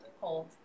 Hold